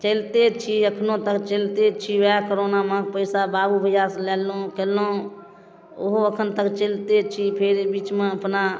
चलिते छी एखनो तक चलिते छी वएह कोरोनामे पइसा बाबू भइआसँ लेलहुँ केलहुँ ओहो एखन तक चलिते छी फेर एहि बीचमे अपना